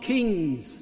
Kings